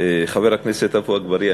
חבר הכנסת עפו אגבאריה,